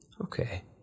Okay